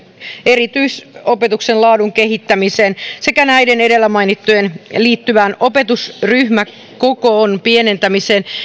erityisopetuksen laadun kehittämiseen sekä näihin edellä mainittuihin liittyvään opetusryhmäkoon pienentämiseen